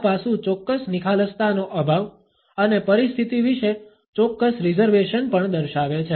આ પાસું ચોક્કસ નિખાલસતાનો અભાવ અને પરિસ્થિતિ વિશે ચોક્કસ રિઝર્વેશન પણ દર્શાવે છે